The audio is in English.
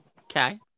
Okay